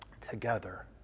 together